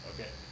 Okay